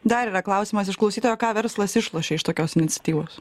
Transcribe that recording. dar yra klausimas iš klausytojo ką verslas išlošia iš tokios iniciatyvos